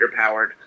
underpowered